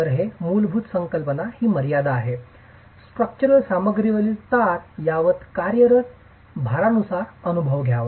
तर हे आहे मूलभूत संकल्पना ही मर्यादा आहे स्ट्रक्चरल सामग्रीवरील ताण यावर कार्यरत भारानुसार अनुभव घ्यावा